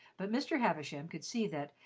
but mr. havisham could see that,